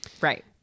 Right